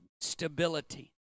stability